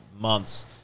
months